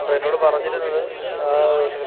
അപ്പം എന്നോട് പറഞ്ഞിരുന്നത്